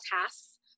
tasks